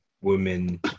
women